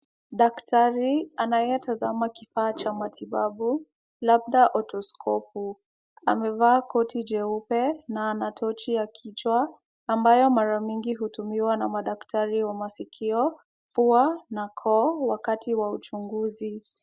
Daktari anayetazama kifaa cha matibabu labda otoskopu . Amevaa koti jeupe na ana tochi ya kichwa, ambayo mara mingi hutumiwa na madaktari wa masikio, pua na koo wakati wa uchunguzi.